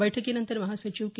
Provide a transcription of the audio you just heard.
बैठकीनंतर महासचिव के